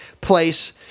place